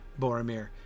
Boromir